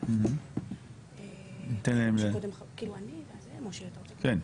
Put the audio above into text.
אני רוצה לומר